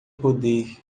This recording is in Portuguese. poder